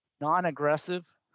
non-aggressive